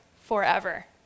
forever